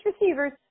receivers